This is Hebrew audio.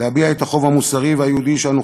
להביע את החוב המוסרי והיהודי שאנו